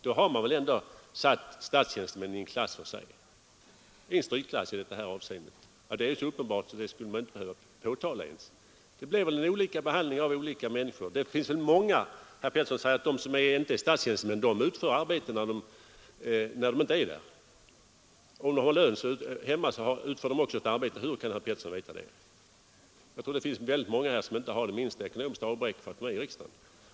Då har man väl ändå satt statstjänstemännen i strykklass i detta avseende. Det är så uppenbart att det inte ens borde behöva nämnas. Då blir det ju olika behandling av olika människor. Herr Pettersson sade också att de som inte är statstjänstemän utför arbete fastän de inte är på arbetsplatsen, och om de uppbär lön hemma utför de också ett arbete. Hur kan herr Pettersson veta det? Jag tror att många av ledamöterna här inte har något som helst ekonomiskt avbräck för att de sitter i riksdagen.